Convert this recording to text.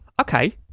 Okay